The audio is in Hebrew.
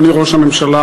אדוני ראש הממשלה,